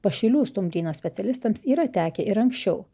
pašilių stumbryno specialistams yra tekę ir anksčiau